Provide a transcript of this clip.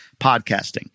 podcasting